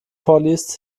vorliest